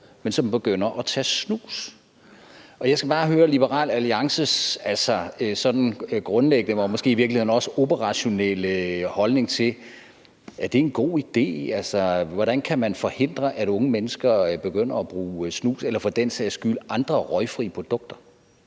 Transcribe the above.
men som begynder at tage snus, og jeg skal bare høre Liberal Alliances grundlæggende og måske i virkeligheden også operationelle holdning til, om det er en god idé. Hvordan kan man forhindre unge mennesker i at bruge snus eller for den sags skyld andre røgfri produkter?